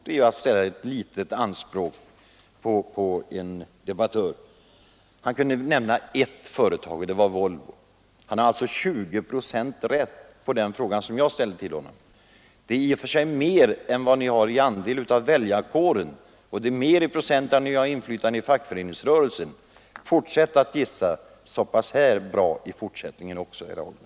Det är ju att ställa ett litet anspråk på en debattör. Han kunde nämna ett företag, nämligen Volvo. Han svarade alltså 20 procent rätt på den fråga jag ställde till honom. Det är i och för sig mer i procent än som motsvarar er andel av väljarkåren och ert inflytande i fackföreningsrörelsen. Fortsätt att gissa så pass bra i fortsättningen också, herr Hagberg!